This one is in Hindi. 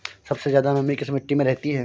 सबसे ज्यादा नमी किस मिट्टी में रहती है?